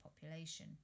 population